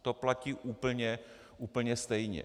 To platí úplně, úplně stejně.